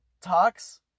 talks